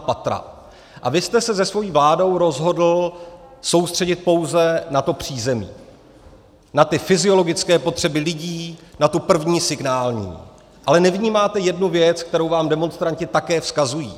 A vy jste se se svou vládou rozhodl soustředit pouze na to přízemí, na ty fyziologické potřeby lidí, na tu první signální, ale nevnímáte jednu věc, kterou vám demonstranti také vzkazují.